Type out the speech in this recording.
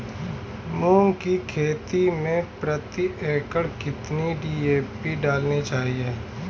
मूंग की खेती में प्रति एकड़ कितनी डी.ए.पी डालनी चाहिए?